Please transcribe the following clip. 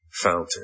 fountain